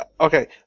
Okay